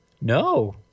no